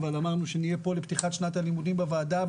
אבל אמרנו שנהיה פה לפתיחת שנת הלימודים בוועדה,